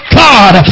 god